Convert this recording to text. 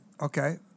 Okay